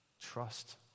Trust